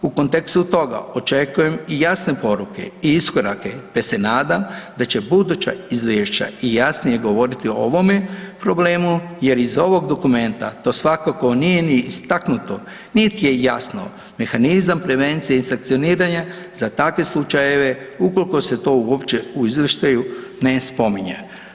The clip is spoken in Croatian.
U kontekstu toga očekujem i jasne poruke i iskorake, te se nadam da će buduća izvješća i jasnije govoriti o ovome problemu jer iz ovog dokumenta to svakako nije ni istaknuto, niti je jasno mehanizam prevencije i sankcioniranja za takve slučajeve ukoliko se to uopće u izvještaju ne spominje.